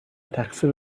تقصیر